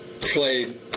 played